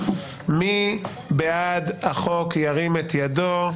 מי בעד החוק ירים את ידו?